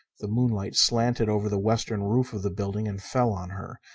the moonlight slanted over the western roof of the building and fell on her.